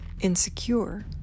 Insecure